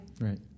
Right